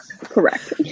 correct